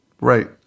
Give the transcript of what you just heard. Right